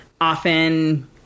often